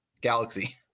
galaxy